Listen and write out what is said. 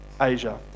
Asia